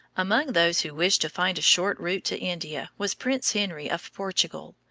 among those who wished to find a short route to india was prince henry of portugal,